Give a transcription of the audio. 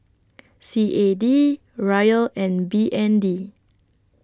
C A D Riel and B N D